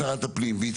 מה שהיה